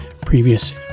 previous